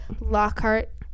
Lockhart